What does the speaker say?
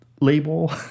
label